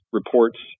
reports